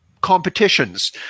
competitions